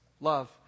love